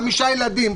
חמישה ילדים,